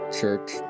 Church